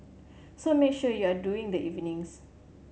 so make sure you are during the evenings